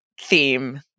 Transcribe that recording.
theme